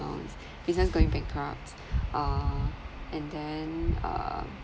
businesses going bankrupts uh and then uh